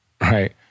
right